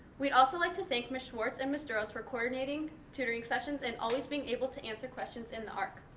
we'd also like to thank miss schwartz and miss duros for coordinating tutoring sessions and always being able to answer questions in the arc.